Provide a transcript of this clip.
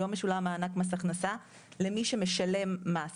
היום משולם מענק מס הכנסה למי שמשלם מס,